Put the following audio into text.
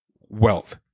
wealth